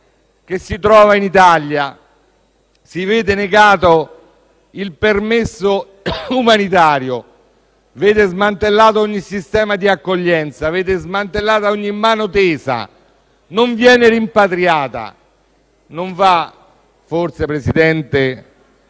che si trova in Italia si vede negato il permesso umanitario, vede smantellato ogni sistema di accoglienza e vede smantellata ogni mano tesa e non viene rimpatriato, non va forse a